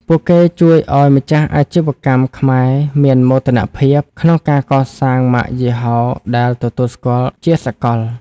ពួកគេជួយឱ្យម្ចាស់អាជីវកម្មខ្មែរមាន "មោទនភាព" ក្នុងការកសាងម៉ាកយីហោដែលទទួលស្គាល់ជាសកល។